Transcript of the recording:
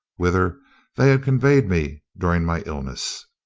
whither they had conveyed me during my illness.